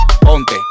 ponte